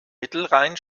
mittelrhein